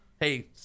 hey